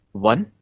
one,